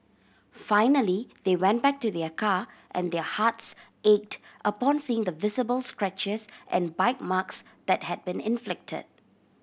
finally they went back to their car and their hearts ached upon seeing the visible scratches and bite marks that had been inflicted